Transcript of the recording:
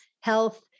health